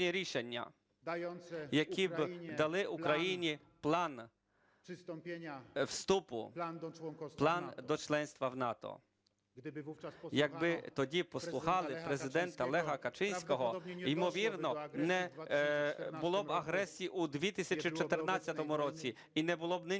які б дали Україні план вступу, план до членства в НАТО. Якби тоді послухали Президента Леха Качинського, ймовірно, не було б агресії у 2014 році і не було б нинішньої